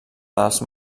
dels